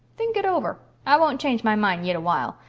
think it over. i won't change my mind yit awhile.